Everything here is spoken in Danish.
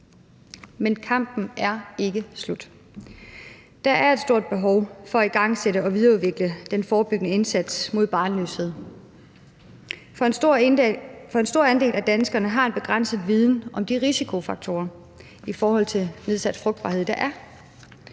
Men kampen er ikke slut. Der er et stort behov for at igangsætte og videreudvikle den forebyggende indsats mod barnløshed, for en stor andel af danskerne har en begrænset viden om de risikofaktorer i forhold til nedsat frugtbarhed,